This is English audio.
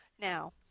Now